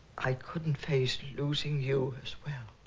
i couldn't face losing you as well.